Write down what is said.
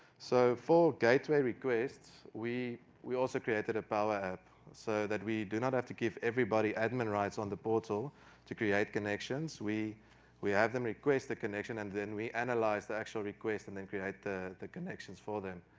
so for gateway requests, we we also created a powerapp. so that we do not have to give everybody admin rights on the portal to create connections. we we have them request the connection and then we analyze the actual request and create the the connections for them.